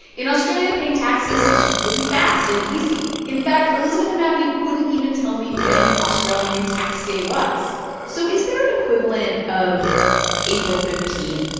in australia, paying taxes is really fast and easy. in fact, elizabeth and matthew couldn't even tell me when australian tax day was so is there an equivalent of april fifteen